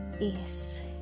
Yes